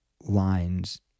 lines